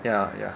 ya ya